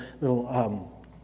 little